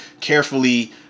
carefully